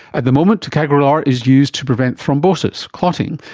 at the moment, ticagrelor is used to prevent thrombosis, clotting,